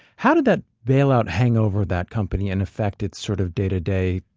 how did that bailout hang over that company and affect it sort of day to day,